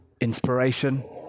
inspiration